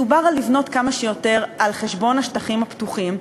מדובר על לבנות כמה שיותר על חשבון השטחים הפתוחים,